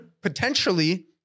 potentially